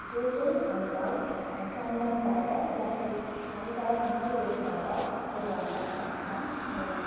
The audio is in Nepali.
जो चाहिँ हामीलाई सनबर्नबाट वा फिर हानिकारक युभी रेसबाट जोगाउन सक्षम छैन